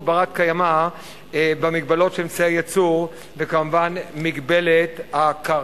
בת-קיימא במגבלות של אמצעי הייצור וכמובן במגבלת הקרקע.